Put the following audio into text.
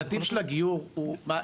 הנתיב של הגיור הוא מה,